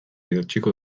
idatziko